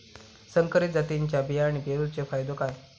संकरित जातींच्यो बियाणी पेरूचो फायदो काय?